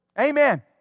Amen